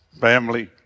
family